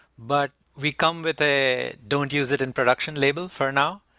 but we come with a don't use it in production label for now.